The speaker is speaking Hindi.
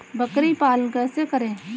बकरी पालन कैसे करें?